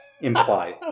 imply